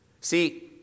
See